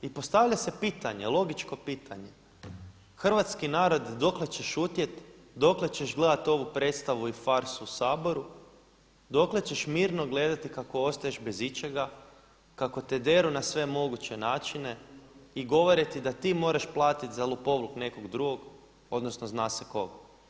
I postavlja se pitanje, logičko pitanje, hrvatski narod dokle će šutjeti, dokle ćeš gledati ovu predstavu i farsu u Saboru, dokle ćeš mirno gledati kako ostaješ bez ičega, kako te deru na sve moguće načine i govore ti da ti moraš platiti za lopovluk nekog drugog, odnosno zna se kog?